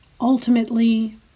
ultimately